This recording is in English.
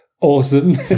awesome